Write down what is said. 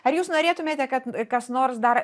ar jūs norėtumėte kad kas nors dar